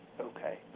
Okay